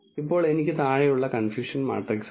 ഇപ്പോൾ എനിക്ക് താഴെയുള്ള കൺഫ്യൂഷൻ മാട്രിക്സ് ഉണ്ട്